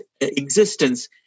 existence